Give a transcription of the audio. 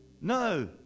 No